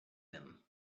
them